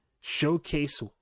Showcase